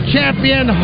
Champion